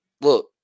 look